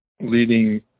leading